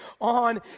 on